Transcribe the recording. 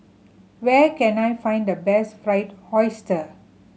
where can I find the best Fried Oyster